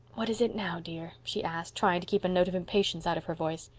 what is it now, dear? she asked, trying to keep a note of impatience out of her voice.